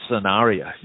scenario